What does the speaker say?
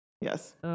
yes